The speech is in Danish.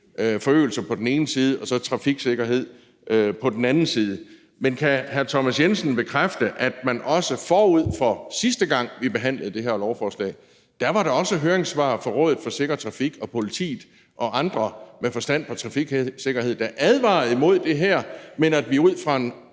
mobilitetsforøgelse på den ene side og så trafiksikkerhed på den anden side. Men kan hr. Thomas Jensen bekræfte, at der også forud for sidste gang, vi behandlede det her lovforslag, var høringssvar fra Rådet for Sikker Trafik og politiet og andre med forstand på trafiksikkerhed, der advarede imod det her, men at vi ud fra en